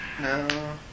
No